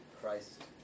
Christ